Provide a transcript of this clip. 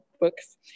books